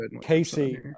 Casey